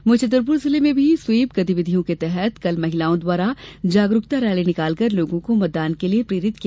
वहीं छतरपुर जिले में भी स्वीप गतिविधियों के तहत कल महिलाओं द्वारा जागरूकता रैली निकाल कर लोगों को मतदान के लिये प्रेरित किया